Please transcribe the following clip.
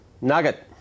Nugget